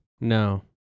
No